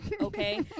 Okay